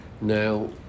Now